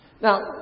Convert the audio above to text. Now